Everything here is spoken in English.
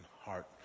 heart